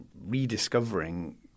rediscovering